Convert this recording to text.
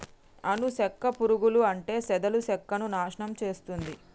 అను సెక్క పురుగులు అంటే చెదలు సెక్కను నాశనం చేస్తుంది